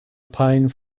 pine